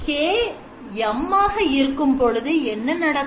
K M ஆக இருக்கும்பொழுது என்ன நடக்கும்